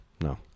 No